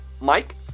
Mike